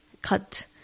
cut